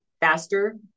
faster